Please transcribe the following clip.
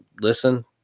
listen